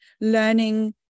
learning